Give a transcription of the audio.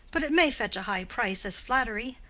but it may fetch a high price as flattery.